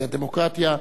היא הדמוקרטיה.